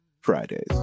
fridays